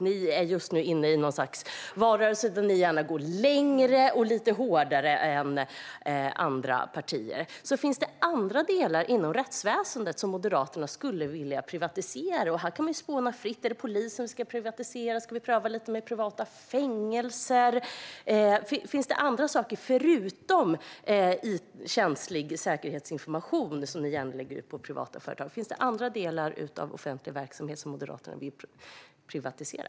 Ni är just nu inne i en valrörelse där ni gärna går längre och lite hårdare fram än andra partier. Finns det andra delar inom rättsväsendet som Moderaterna skulle vilja privatisera? Här kan man spåna fritt: Är det polisen vi ska privatisera? Ska vi pröva med privata fängelser? Finns det andra saker, förutom känslig säkerhetsinformation, som ni gärna lägger ut på privata företag? Finns det andra delar av offentlig verksamhet som Moderaterna vill privatisera?